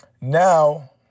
Now